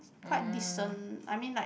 quite decent I mean like